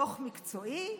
דוח מקצועי,